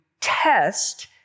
test